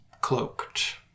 Cloaked